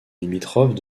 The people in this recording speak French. limitrophe